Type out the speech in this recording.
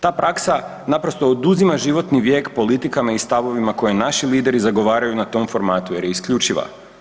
Ta praksa naprosto oduzima životni vijek politikama i stavovima koje naši lideri zagovaraju na tom formatu jer je isključiva.